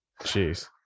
jeez